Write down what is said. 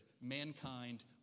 mankind